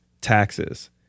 taxes